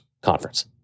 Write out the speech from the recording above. Conference